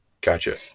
Gotcha